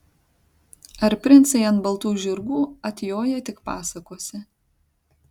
ar princai ant baltų žirgų atjoja tik pasakose